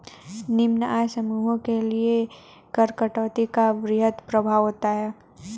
निम्न आय समूहों के लिए कर कटौती का वृहद प्रभाव होता है